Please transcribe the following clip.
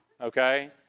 okay